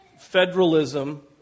Federalism